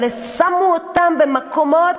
אבל שמו אותם במקומות